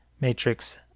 Matrix